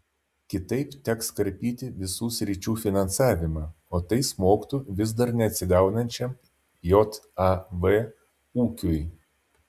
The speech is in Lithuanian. kitaip teks karpyti visų sričių finansavimą o tai smogtų vis dar neatsigaunančiam jav ūkiui